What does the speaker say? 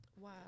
Wow